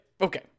Okay